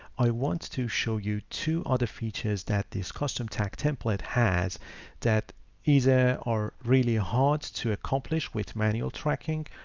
i want to show you two other features that this custom tag template has that either are really hard to accomplish with manual tracking.